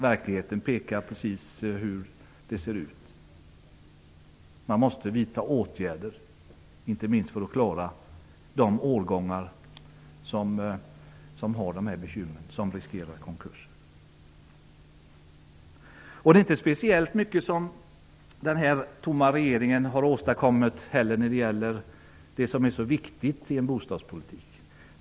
Verkligheten pekar ut precis hur det ser ut. Man måste vidta åtgärder, inte minst för att klara de årgångar som har de här bekymren, som riskerar konkurser. Det är inte heller speciellt mycket som den här tomma regeringen har åstadkommit när det gäller den koppling som är så viktig i en bostadspolitik.